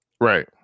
Right